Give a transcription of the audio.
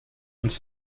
uns